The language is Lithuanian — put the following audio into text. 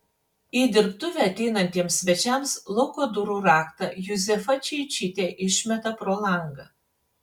į dirbtuvę ateinantiems svečiams lauko durų raktą juzefa čeičytė išmeta pro langą